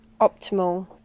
optimal